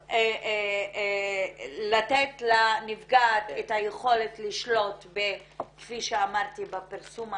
גם לתת לנפגעת את היכולת לשלוט בפרסום עצמו,